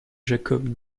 jacob